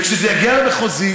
וכשזה יגיע למחוזי,